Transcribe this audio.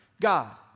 God